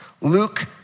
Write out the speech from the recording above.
Luke